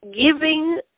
giving